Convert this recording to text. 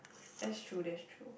that's true that's true